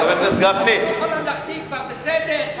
החינוך הממלכתי כבר בסדר?